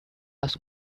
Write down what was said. ask